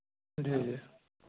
जी जी